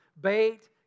Bait